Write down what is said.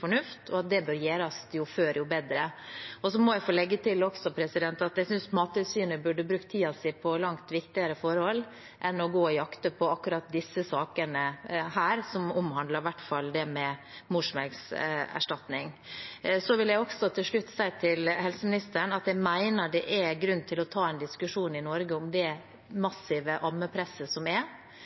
fornuft, og at det bør gjøres jo før jo bedre. Så må jeg få legge til at jeg synes Mattilsynet burde bruke tiden sin på langt viktigere forhold enn å gå og jakte på akkurat disse sakene, i hvert fall det som omhandler morsmelkerstatning. Jeg vil til slutt si til helseministeren at jeg mener det er grunn til å ta en diskusjon i Norge om det massive ammepresset som er.